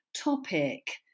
topic